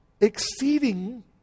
exceeding